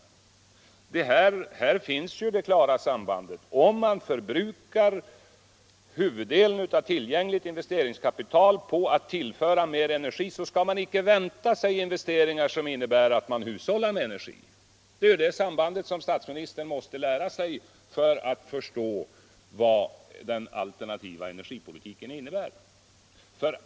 Här finns ju det klara sambandet. Om man förbrukar huvuddelen av tillgängligt investeringskapital för att tillföra mer energi så kan man inte av andra vänta sig investeringar som innebär att de hushållar med energi. Det är det sambandet statsministern måste lära sig för att förstå vad den alternativa energipolitiken innebär.